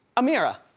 amirah,